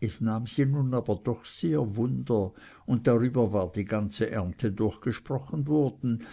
es nahm sie nun aber doch sehr wunder und darüber war die ganze ernte durch gesprochen worden